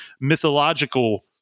mythological